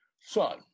son